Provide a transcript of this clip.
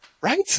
right